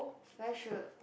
where should